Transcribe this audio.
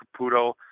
Caputo